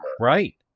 Right